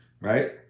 Right